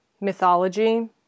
mythology